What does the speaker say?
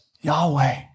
Yahweh